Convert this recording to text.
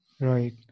Right